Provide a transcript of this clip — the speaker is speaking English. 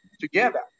together